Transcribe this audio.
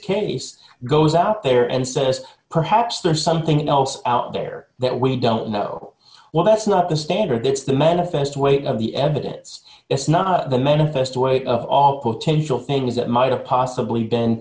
case goes out there and says perhaps there's something else out there that we don't know well that's not the standard it's the manifest weight of the evidence it's not the manifest weight of all potential things that might a possibly be